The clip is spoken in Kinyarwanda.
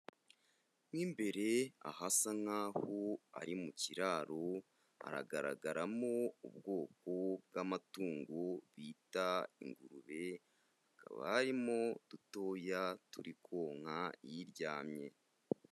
Mu imbere ahasa nk'aho ari mu kiraro haragaragaramo ubwoko bw'amatungo bita ingurube hakaba harimo udutoya turi konka iryamye.